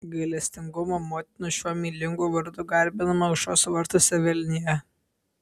gailestingumo motina šiuo meilingu vardu garbinama aušros vartuose vilniuje